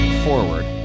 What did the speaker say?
forward